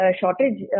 shortage